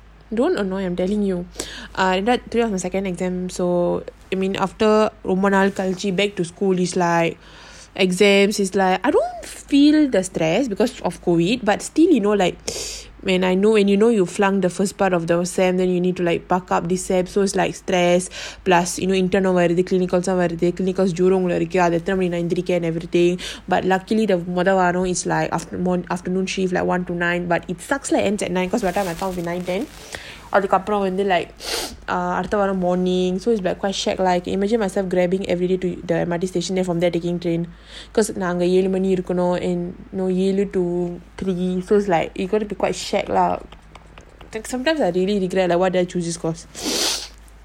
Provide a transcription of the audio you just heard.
don't annoy I'm telling you I err then today I got second exam so I mean after ரொம்பநாள்கழிச்சி:romba naal kalichi back to school is like exams is like I don't feel the stress because of COVID but still you know like when I know and you know you flunk the first part of the sem then you need to like buck up this sem so is like stress plus you know intern நான்இன்னும்:nan innum jurong வருது:varuthu but luckily the எந்திரிக்க:enthirika is like after~ afternoon shift like one to nine but it sucks lah ends at nine cause by the come will be nine ten and then like அதுக்கப்புறம்வந்துஅடுத்தவாரம்:adhukapuram vandhu adutha varam morning so it's like quite shag lah imiagine myself grabbing everyday to the mrt station then from there taking train cause நாங்கஏழுமணிக்குஇருக்கனும்:nanga elu manikku irukanum so is like you gonna be quite shag ah sometimes I really regret like why did I choose this course